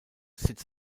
sits